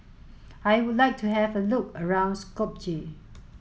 I would like to have a look around Skopje